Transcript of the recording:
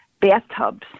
bathtubs